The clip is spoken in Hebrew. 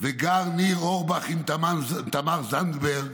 וגר ניר אורבך עם תמר זנדברג,